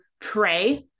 pray